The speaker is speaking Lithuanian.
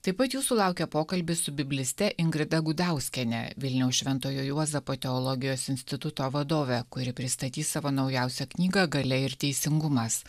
taip pat jūsų laukia pokalbis su bibliste ingrida gudauskiene vilniaus šventojo juozapo teologijos instituto vadove kuri pristatys savo naujausią knygą galia ir teisingumas